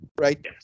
Right